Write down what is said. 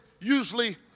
usually